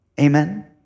amen